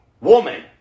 woman